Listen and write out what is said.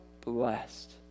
blessed